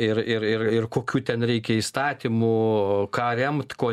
ir ir ir ir kokių ten reikia įstatymų ką remt ko